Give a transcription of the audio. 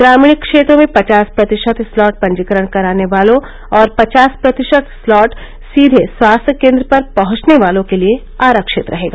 ग्रामीण क्षेत्रों में पचास प्रतिशत स्लॉट पंजीकरण कराने वालों और पचास प्रतिशत स्लॉट सीधे स्वास्थ्य केंद्र पर पहुंचने वालों के लिये आरक्षित रहेगा